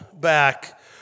back